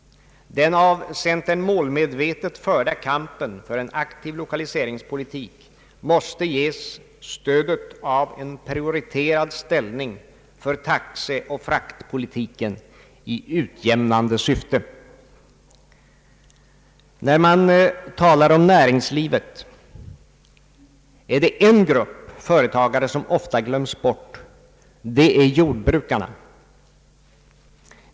Den av centern målmedvetet förda kampen för en aktiv lokaliseringspolitik måste ges stödet av en prioriterad ställning för taxeoch fraktpolitiken i utjämnande syfte. När man talar om näringslivet är det en grupp företagare som ofta glöms bort, nämligen jordbrukarna.